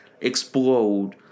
explode